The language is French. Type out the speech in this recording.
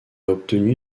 obtenu